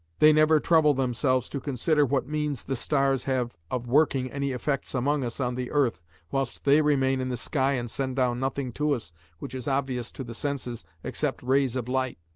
they never trouble themselves to consider what means the stars have of working any effects among us on the earth whilst they remain in the sky and send down nothing to us which is obvious to the senses, except rays of light.